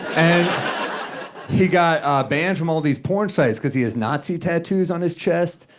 and he got banned from all these porn sites because he has nazi tattoos on his chest,